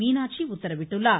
மீனாட்சி உத்தரவிட்டுள்ளார்